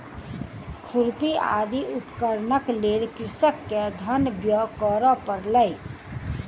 खुरपी आदि उपकरणक लेल कृषक के धन व्यय करअ पड़लै